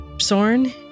Sorn